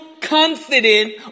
confident